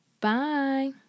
bye